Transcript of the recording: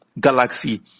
Galaxy